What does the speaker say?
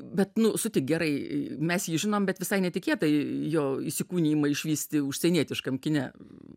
bet nu sutik gerai mes jį žinom bet visai netikėtai jo įsikūnijimą išvysti užsienietiškam kine